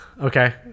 okay